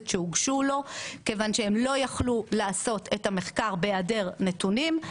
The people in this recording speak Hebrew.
שהוגשו לו בגלל שהם לא היו יכלו לעשות את המחקר בהיעדר נתונים.